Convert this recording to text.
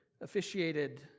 officiated